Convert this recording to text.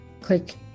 Click